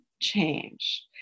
change